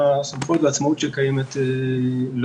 עם הסמכות והעצמאות שקיימת לו.